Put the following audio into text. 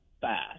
fast